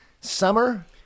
summer